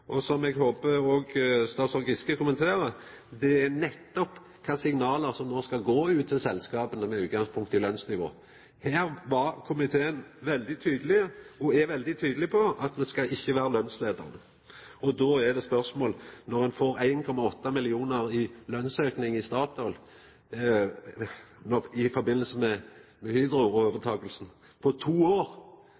og som eg håper at òg statsråd Giske vil kommentera, er nettopp kva signal som no skal gå ut til selskapa, med utgangspunkt i lønsnivå. Der er komiteen veldig tydeleg på at det ikkje skal vera lønsleiande. Då er det eit spørsmål: Når ein får 1,8 mill. kr i lønsauke i Statoil i samband med